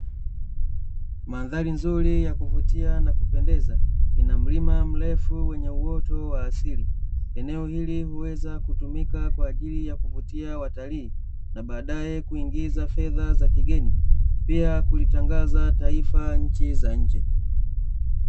Mandhari nzuri na ya kuvutia na kupendeza ina mlima mrefu wenye uoto wa asili, eneo hili huweza kutumika kwa ajili ya kuvutia watalii, na baadae kuigiza fedha za kigeni pia kulitangaza taifa nchi za nje.